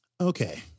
Okay